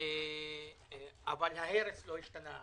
אבל ההרס לא השתנה.